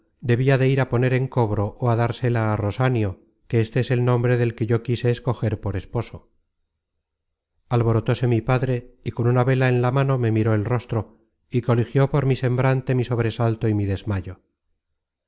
debia de ir a poner en cobro ó á dársela á rosanio que éste es el nombre del que yo quise escoger por esposo alborotóse mi padre y con una vela en la mano me miró el rostro y coligió por mi semblante mi sobresalto y mi desmayo